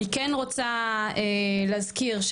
אני כן רוצה להזכיר,